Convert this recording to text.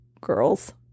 girls